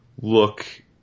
look